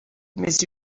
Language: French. mais